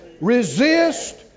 Resist